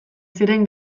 ziren